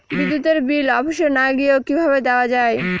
বিদ্যুতের বিল অফিসে না গিয়েও কিভাবে দেওয়া য়ায়?